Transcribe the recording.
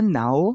now